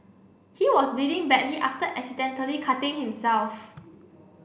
he was bleeding badly after accidentally cutting himself